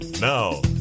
Now